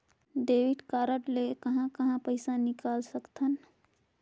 Debit card ले कहां कहां पइसा निकाल सकथन?